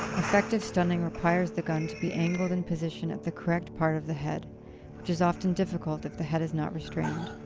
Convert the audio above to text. effective stunning requires the gun to be angled and positioned at the correct part of the head, which is often difficult if the head is not restrained.